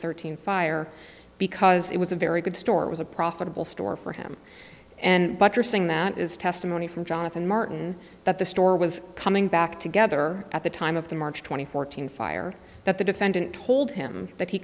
thirteen fire because it was a very good store it was a profitable store for him and buttressing that is testimony from jonathan martin that the store was coming back together at the time of the march twenty four thousand fire that the defendant told him that he